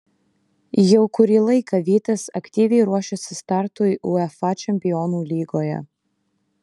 jau kurį laiką vytis aktyviai ruošiasi startui uefa čempionų lygoje